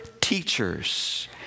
teachers